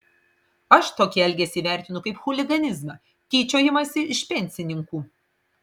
aš tokį elgesį vertinu kaip chuliganizmą tyčiojimąsi iš pensininkų